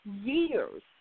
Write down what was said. years